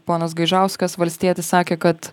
ponas gaižauskas valstietis sakė kad